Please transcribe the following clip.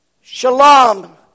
shalom